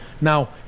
Now